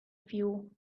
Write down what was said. few